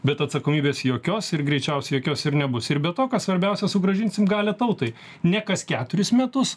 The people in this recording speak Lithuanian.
bet atsakomybės jokios ir greičiausiai jokios ir nebus ir be to kas svarbiausia sugrąžinsim galią tautai ne kas keturis metus